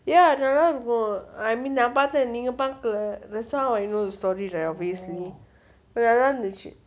ya நல்லாருக்கும்:nallarukkum I mean நா பாத்தேன் நீங்க பாக்கல:naa paathen nenga paakala that's how I know the story right obviously but நல்லா இருந்துச்சு:nalla irunthuchu